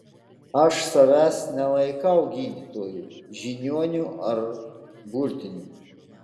aš savęs nelaikau gydytoju žiniuoniu ar burtininku